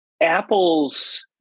Apple's